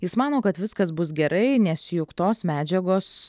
jis mano kad viskas bus gerai nes juk tos medžiagos